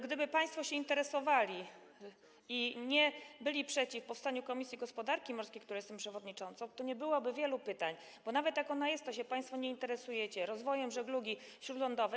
Gdyby państwo się interesowali i nie byli przeciw powstaniu komisji gospodarki morskiej, której jestem przewodniczącą, to nie byłoby wielu pytań, bo nawet jak ona jest, to państwo się nie interesujecie rozwojem żeglugi śródlądowej.